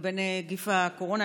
לגבי נגיף הקורונה,